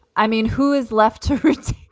i mean, who is left to hurt?